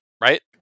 right